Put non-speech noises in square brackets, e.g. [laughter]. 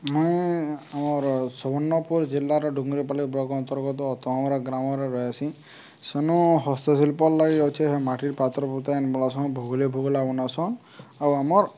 ମୁଇଁ ଆମର ସମ୍ବର୍ଣ୍ଣପୁର ଜିଲ୍ଲାର ଡୁଙ୍ଗରିପାଲି ବ୍ଲକ୍ ଅନ୍ତର୍ଗତ [unintelligible] ଗ୍ରାମରେ ରେହେସିଁ ସେନୁ ହସ୍ତଶିଳ୍ପ ଲାଗି ଅଛେ ହେ ମାଟି ପାତ୍ର ଫୁତାନ ମଳାସନ ଭୁଗୁଲି ଭୁଗଲା ବନାସନ୍ ଆଉ ଆମର୍